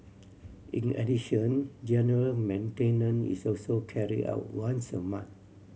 in addition general maintenance is also carry out once a month